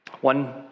One